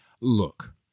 Look